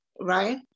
right